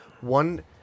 One